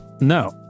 No